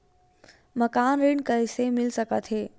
मकान ऋण कइसे मिल सकथे?